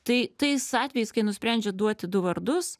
tai tais atvejais kai nusprendžia duoti du vardus